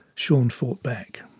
shaun fought back.